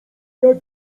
jak